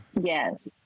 Yes